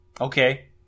Okay